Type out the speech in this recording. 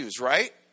Right